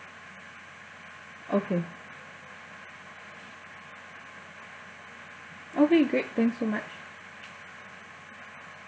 okay okay great thanks so much